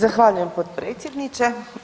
Zahvaljujem potpredsjedniče.